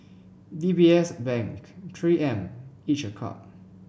D B S Bank Three M each a Cup